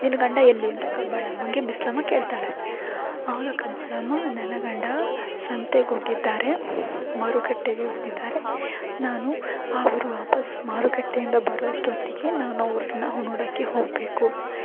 ನಿನ್ನ ಗಂಡ ಎಲ್ಲಿ ಅಂತ ಕಬ್ಬಾಳಮ್ಮನಿಗೆ ಬಿಸ್ಲಮ್ಮ ಕೇಳ್ತಾಳೆ ಆಗ ಕಬ್ಬಾಳಮ್ಮ ನನ್ನ ಗಂಡ ಸಂತೆಗೆ ಹೋಗಿದ್ದಾರೆ ಮಾರುಕಟ್ಟೆಗೆ ಹೋಗಿದ್ದಾರೆ ನಾನು ಅವರು ವಾಪಸ್ ಮಾರುಕಟ್ಟೆಯಿಂದ ಬರುವಷ್ಟು ಹೊತ್ತಿಗೆ ನಾನು ಅವ್ರನ್ನ ಅವು ನೋಡೋಕ್ಕೆ ಹೋಗಬೇಕು